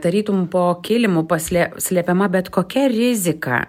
tarytum po kilimu paslė slepiama bet kokia rizika